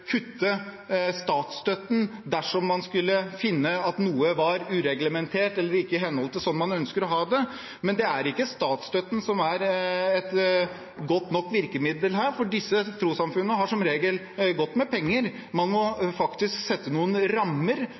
kutte statsstøtten dersom man skulle finne at noe var ureglementert eller ikke i henhold til hvordan man ønsker å ha det, men statsstøtten er ikke et godt nok virkemiddel her, for disse trossamfunnene har som regel godt med penger. Man må faktisk sette noen rammer